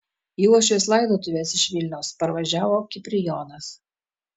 į uošvės laidotuves iš vilniaus parvažiavo kiprijonas